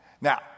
Now